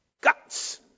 guts